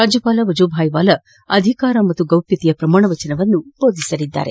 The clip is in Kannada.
ರಾಜ್ಯಪಾಲ ವಜೂಭಾಯಿ ವಾಲಾ ಅಧಿಕಾರ ಹಾಗೂ ಗೌಪ್ಯತೆ ಪ್ರಮಾಣವಚನ ಬೋಧಿಸಲಿದ್ದಾರೆ